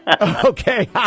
Okay